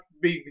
big